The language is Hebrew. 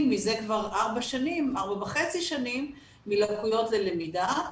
מזה כבר ארבע וחצי שנים מלקויות ללמידה,